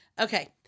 okay